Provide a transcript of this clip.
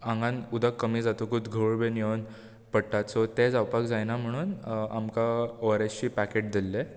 आंगान उदक कमी जातकूत घोळ बीन येवन पडटा सो तें जावपाक जायना म्हणून आमकां ओआरएसचीं पॅकेट दिल्लें